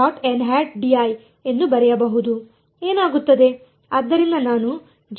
ಆದ್ದರಿಂದ ನಾನು jk4 ಬರೆಯುತ್ತೇನೆ